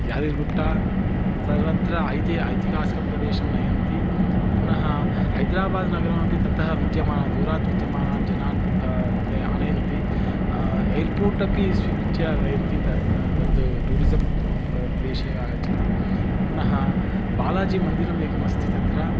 यादिर्गुट्टा सर्वत्र ऐति ऐतिहासिकं प्रदेशं नयन्ति पुनः हैद्राबादनगरम् अपि ततः विद्यमानं दूरात् विद्यमानान् जनान् ते आनयन्ति एर्पोर्टपि स्वीकृत्य नयन्ति तत् टूरिसं प् प्र प्रदेशे आगच्छति पुनः बालाजि मन्दिरम् एकम् अस्ति तत्र